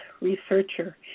researcher